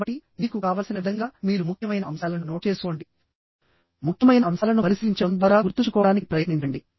కాబట్టి మీకు కావలసిన విధంగా మీరు ముఖ్యమైన అంశాలను నోట్ చేసుకోండి ముఖ్యమైన అంశాలను పరిశీలించడం ద్వారా గుర్తుంచుకోవడానికి ప్రయత్నించండి